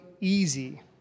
easy